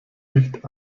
nicht